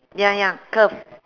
ya ya curve